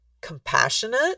compassionate